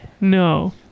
No